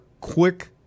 quick